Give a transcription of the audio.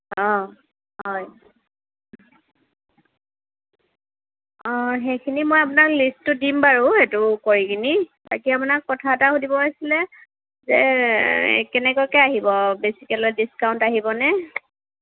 অ হয় অ সেইখিনি মই আপোনাক লিষ্টটো দিম বাৰু সেইটো কৰি কিনি বাকী আপোনাক কথা এটা সুধিব লাগিছিল যে কেনেকুৱাকৈ আহিব বেচিকৈ ল'লে ডিচকাউণ্ট আহিবনে